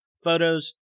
photos